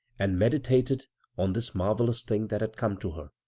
and meditated on this marvelous thing that had come to her.